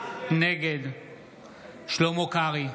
נגד שלמה קרעי,